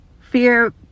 fear